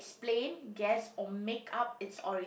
explain guess or make up it's ori~